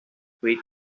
sweet